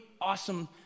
awesome